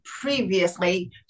previously